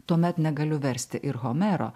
tuomet negaliu versti ir homero